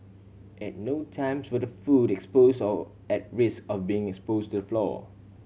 at no times were the food expose or at risk of being expose to the floor